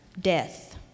Death